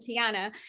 Tiana